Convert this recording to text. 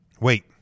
wait